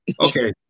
Okay